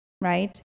right